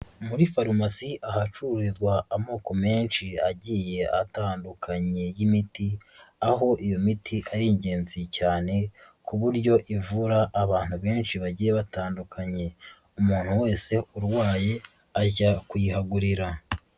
Muri farumasi ahacururizwa amoko menshi agiye atandukanye y'imiti, aho iyo miti ari ingenzi cyane, ku buryo ivura abantu benshi bagiye batandukanye, umuntu wese urwaye ajya kuyihagurira.